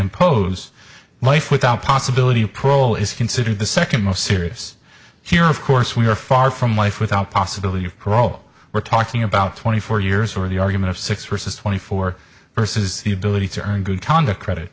impose life without possibility of parole is considered the second most serious here of course we are far from life without possibility of parole we're talking about twenty four years or the argument of six races twenty four versus the ability to earn good conduct credit